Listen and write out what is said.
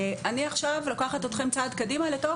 אני עכשיו לוקחת אתכם צעד קדימה לתוך